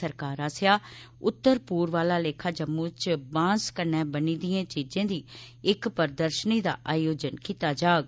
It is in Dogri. सरकार आसेआ उत्तर पूर्व आह्ला लेखा जम्मू च बांस कन्नै बनी दिए चीजें दी इक प्रदर्शनी दा आयोजन कीता जाग